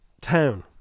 town